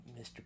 Mr